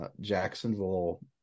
Jacksonville